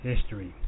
History